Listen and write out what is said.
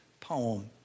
poem